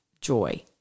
joy